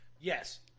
Yes